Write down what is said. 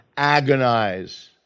agonize